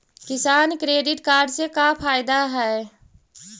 किसान credit card से का फायदा है?